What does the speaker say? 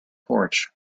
porch